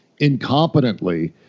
incompetently